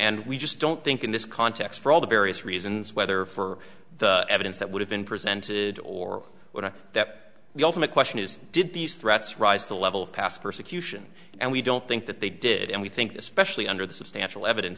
and we just don't think in this context for all the various reasons whether for the evidence that would have been presented or what that the ultimate question is did these threats rise the level of past persecution and we don't think that they did and we think especially under the substantial evidence